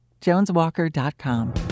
JonesWalker.com